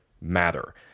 matter